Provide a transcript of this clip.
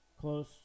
close